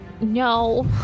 no